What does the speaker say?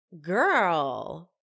Girl